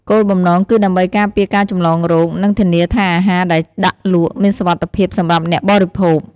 គោលបំណងគឺដើម្បីការពារការចម្លងរោគ និងធានាថាអាហារដែលដាក់លក់មានសុវត្ថិភាពសម្រាប់អ្នកបរិភោគ។